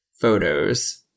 photos